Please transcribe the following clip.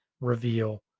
reveal